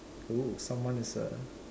oo someone is a